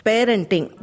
Parenting